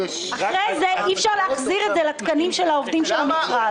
אחרי זה אי אפשר להחזיר את זה לתקנים של העובדים של המכרז.